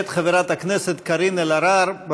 מאת חברת הכנסת קארין אלהרר.